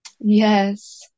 Yes